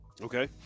Okay